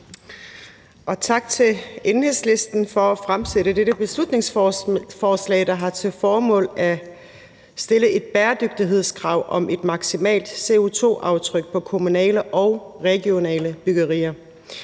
Tak til Enhedslisten for at fremsætte dette beslutningsforslag, der har til formål at stille et bæredygtighedskrav om et maksimalt CO2-aftryk på kommunale og regionale byggerier.